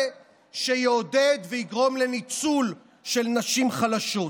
שיעודד ויגרום לניצול של נשים חלשות.